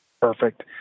Perfect